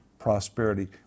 prosperity